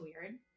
weird